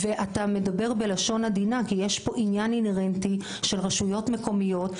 ואתה מדבר בלשון עדינה כי יש פה עניין אינהרנטי של רשויות מקומיות,